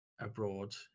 abroad